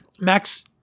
Max